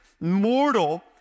mortal